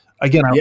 again